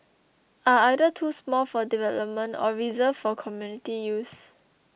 are either too small for development or reserved for community use